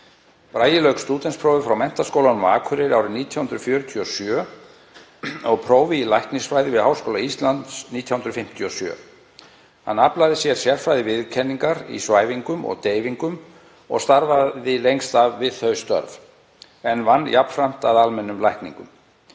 Bragi lauk stúdentsprófi frá Menntaskólanum á Akureyri árið 1947 og prófi í læknisfræði við Háskóla Íslands 1957. Hann aflaði sér sérfræðiviðurkenningar í svæfingum og deyfingum og starfaði lengst af við þau störf, en vann jafnframt að almennum lækningum.